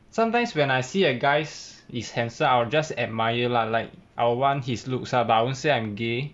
sometimes when I see a guys is handsome I will just admire lah like I will want his looks ah but I won't say I'm gay